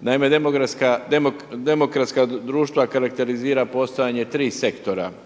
Naime, demokratska društva karakterizira postojanje tri sektora